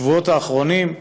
בשבועות האחרונים,